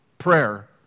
prayer